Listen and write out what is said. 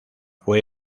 fue